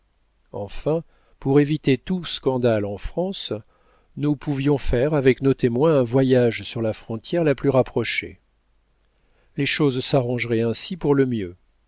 enfin pour éviter tout scandale en france nous pouvions faire avec nos témoins un voyage sur la frontière la plus rapprochée les choses s'arrangeraient ainsi pour le mieux